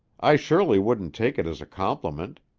i surely wouldn't take it as a compliment.